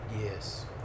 Yes